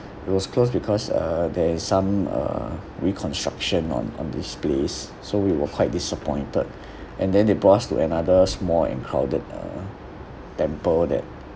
it was closed because uh there is some uh reconstruction on on these place so we were quite disappointed and then they brought us to another small and crowded uh temple that